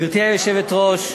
גברתי היושבת-ראש,